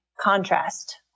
contrast